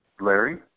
Larry